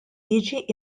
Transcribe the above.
jiġi